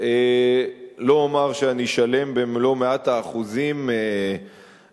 לא אומר שאני שלם במלוא מאת האחוזים עם